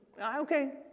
Okay